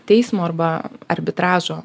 teismo arba arbitražo